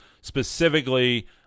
specifically